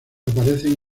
aparecen